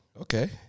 okay